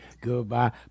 goodbye